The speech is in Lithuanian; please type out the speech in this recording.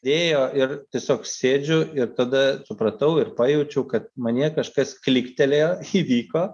dėjo ir tiesiog sėdžiu ir tada supratau ir pajaučiau kad manyje kažkas klyktelėjo įvyko